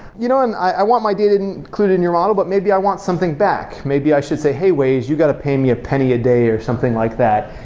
you know and i want my data included in your model, but maybe i want something back. maybe i should say, hey, waze. you got to pay me a penny a day, or something like that.